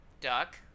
Duck